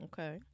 Okay